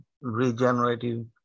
regenerative